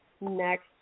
next